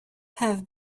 have